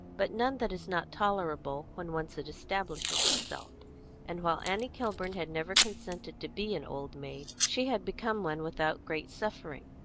but none that is not tolerable when once it establishes itself and while annie kilburn had never consented to be an old maid, she had become one without great suffering.